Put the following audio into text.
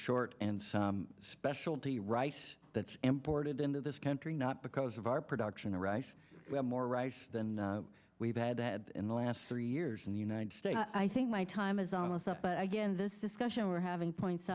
short and some specialty rice that's imported into this country not because of our production or rice more rice than we've had in the last three years in the united states i think my time is almost up but again this discussion we're having